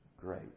great